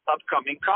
Upcoming